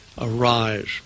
arise